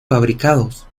fabricados